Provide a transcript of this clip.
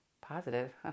positive